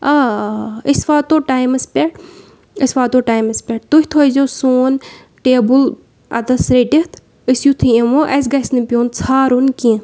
آ آ أسۍ واتو ٹایمَس پٮ۪ٹھ أسۍ واتو ٹایمَس پٮ۪ٹھ تُہۍ تھٲیزیو سون ٹیبٕل اَتٮ۪س رٔٹِتھ أسۍ یُتھُے یِمو اَسہِ گژھِنہٕ پیوٚن ژھانٛڈُن کینٛہہ